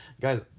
Guys